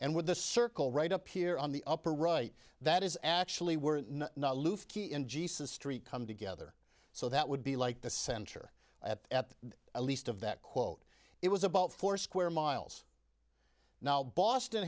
and with the circle right up here on the upper right that is actually were key in jesus street come together so that would be like the center at least of that quote it was about four square miles now boston